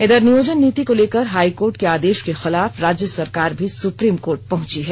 इधर नियोजन नीति को लेकर हाई कोर्ट के आदेश के खिलाफ राज्य सरकार भी सुप्रीम कोर्ट पहुंची है